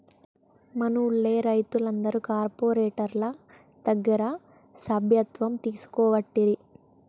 మనూళ్లె రైతులందరు కార్పోరేటోళ్ల దగ్గర సభ్యత్వం తీసుకోవట్టిరి